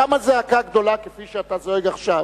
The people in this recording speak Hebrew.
קמה זעקה גדולה, כפי שאתה זועק עכשיו,